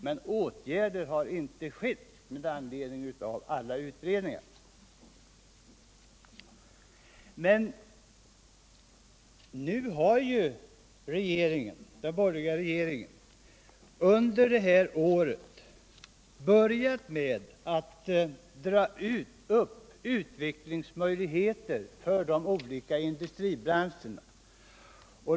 Men några åtgärder har inte vidtagits med anledning av alla utredningar. Nu har emellertid den borgerliga regeringen under det här året börjat dra upp linjerna för utvecklingsmöjligheter för de olika industribranscherna.